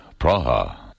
Praha